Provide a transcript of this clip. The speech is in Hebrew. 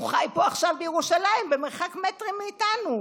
הוא חי פה עכשיו, בירושלים, במרחק מטרים מאיתנו.